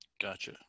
Gotcha